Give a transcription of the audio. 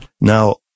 Now